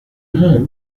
hive